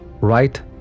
right